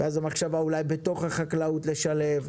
ואז המחשבה היא אולי בתוך החקלאות לשלב,